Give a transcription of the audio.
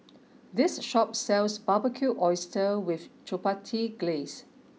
this shop sells Barbecued Oysters with Chipotle Glaze